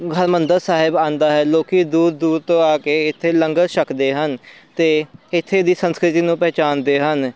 ਹਰਿਮੰਦਰ ਸਾਹਿਬ ਆਉਂਦਾ ਹੈ ਲੋਕ ਦੂਰ ਦੂਰ ਤੋਂ ਆ ਕੇ ਇੱਥੇ ਲੰਗਰ ਛਕਦੇ ਹਨ ਅਤੇ ਇੱਥੇ ਦੀ ਸੰਸਕ੍ਰਿਤੀ ਨੂੰ ਪਹਿਚਾਣਦੇ ਹਨ